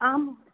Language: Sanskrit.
आं